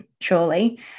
surely